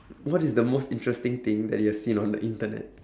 what is the most interesting thing that you have seen on the internet